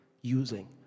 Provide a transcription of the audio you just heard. using